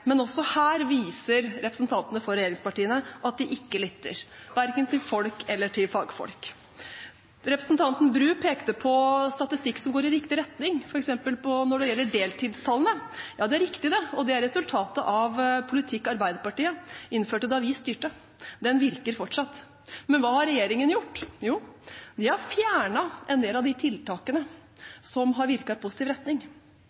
Men også her viser representantene for regjeringspartiene at de ikke lytter, verken til folk eller til fagfolk. Representanten Bru pekte på statistikk som går i riktig retning, f.eks. når det gjelder deltidstallene. Det er riktig, og det er resultatet av politikk Arbeiderpartiet innførte da vi styrte. Den virker fortsatt. Men hva har regjeringen gjort? Jo, den har fjernet en del av de tiltakene som har virket i positiv retning.